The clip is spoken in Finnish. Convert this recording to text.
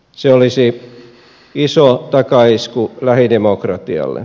se olisi iso takaisku lähidemokratialle